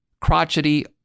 crotchety